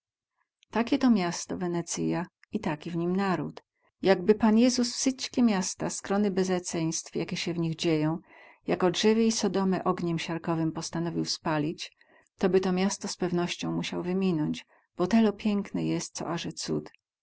takie to miasto wenecyja i taki w nim naród jakby paniezus wsyćkie miasta skrony bezeceństw jakie sie w nich dzieją jako drzewiej sodomę ogniem siarkowym postanowił spalić to by to miasto z pewnością musiał wyminąć bo telo piekne jest co aze cud